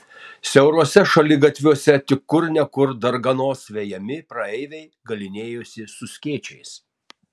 siauruose šaligatviuose tik kur ne kur darganos vejami praeiviai galynėjosi su skėčiais